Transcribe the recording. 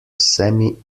semi